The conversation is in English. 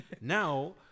Now